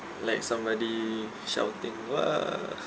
like somebody shouting !wah!